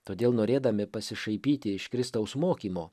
todėl norėdami pasišaipyti iš kristaus mokymo